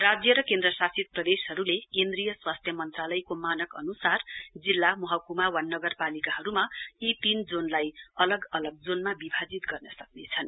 राज्य र केन्द्रशासित प्रदेशहरूले केन्द्रीय स्वास्थ्य मन्त्रालयको मानक अन्सार जिल्ला महक्मा वा नगरपालिकाहरूमा यी तीन जोनलाई अलग अलग जोनमा विभाजित गर्नसक्नेछन्